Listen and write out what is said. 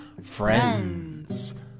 Friends